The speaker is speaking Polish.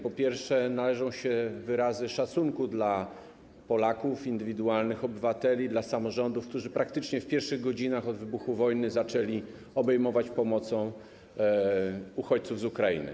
Po pierwsze, należą się wyrazy szacunku dla Polaków, indywidualnych obywateli, dla samorządów, którzy praktycznie w pierwszych godzinach po wybuchu wojny zaczęli obejmować pomocą uchodźców z Ukrainy.